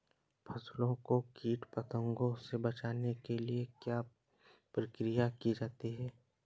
फसलों को कीट पतंगों से बचाने के लिए क्या क्या प्रकिर्या की जाती है?